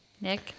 nick